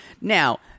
Now